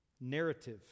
Narrative